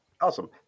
Awesome